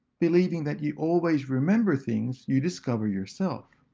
believing that you always remember things you discover yourself.